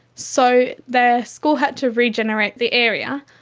so the school had to regenerate the area,